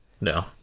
no